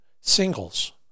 singles